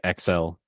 XL